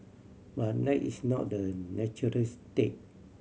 but that is not the natural state